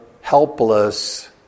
helpless